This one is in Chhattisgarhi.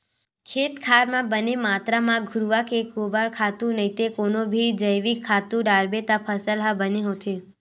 खेत खार म बने मातरा म घुरूवा के गोबर खातू नइते कोनो भी जइविक खातू डारबे त फसल ह बने होथे